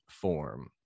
form